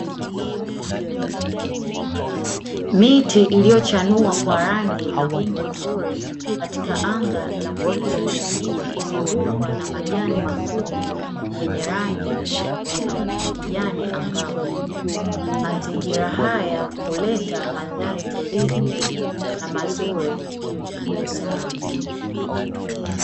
Miti iliyochanua kwa rangi na umbo zuri katika anga la kuvutia; ikizungukwa kwa majani mafupi wenye rangi ya kijani angavu, mazingira haya huleta mandhari tulivu na mazuri kwa usalama.